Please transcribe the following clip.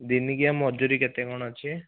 ଦିନିକିଆ ମଜୁରୀ କେତେ କ'ଣ ଅଛି